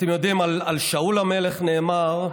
אתם יודעים, על שאול המלך נאמר,